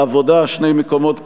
העבודה: שני מקומות פנויים.